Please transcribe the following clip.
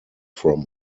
from